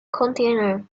container